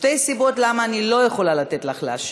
שתי סיבות למה אני לא יכולה לתת לך להשיב: